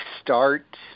start